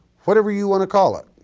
whatever you wanna call it,